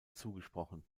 zugesprochen